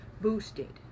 boosted